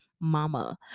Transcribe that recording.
Mama